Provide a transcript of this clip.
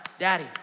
Daddy